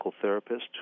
therapist